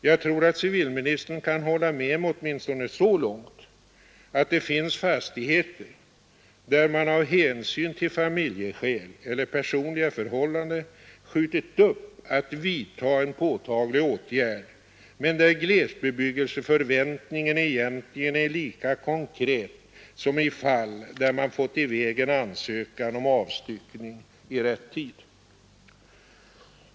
Jag tror att civilministern kan hålla med mig åtminstone så långt att det finns fastigheter där man av hänsyn till familjeskäl eller personliga förhållanden skjutit upp att ”vidta en påtaglig åtgärd” men där glesbebyggelseförväntningen egentligen är lika konkret som i fall där man fått i väg en ansökan om avstyckning i rätt tid.